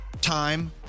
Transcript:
time